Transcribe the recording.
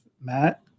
Matt